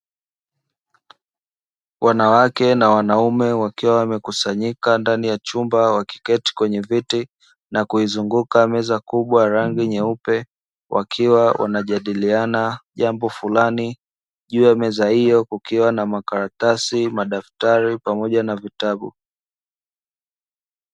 Wanawake na wanaume wakiwa wamekusanyika ndani ya chumba wakiketi kwenye vyeti na kuizunguka meza kubwa, rangi nyeupe wakiwa wanajadiliana jambo fulani juu ya meza hiyo kukiwa na makaratasi madaftari pamoja na vitabu.